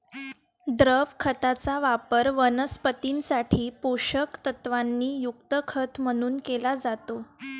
द्रव खताचा वापर वनस्पतीं साठी पोषक तत्वांनी युक्त खत म्हणून केला जातो